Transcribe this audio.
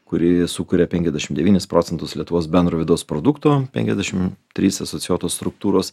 kuri sukuria penkiasdešimt devynis procentus lietuvos bendro vidaus produkto penkiasdešimt trys asocijuotos struktūros